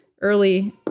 early